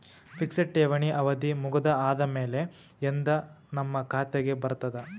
Fixed ಠೇವಣಿ ಅವಧಿ ಮುಗದ ಆದಮೇಲೆ ಎಂದ ನಮ್ಮ ಖಾತೆಗೆ ಬರತದ?